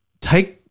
take